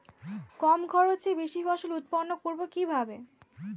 কম খরচে বেশি ফসল উৎপন্ন করব কিভাবে?